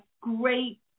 great